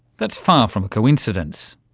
that's far from a coincidence.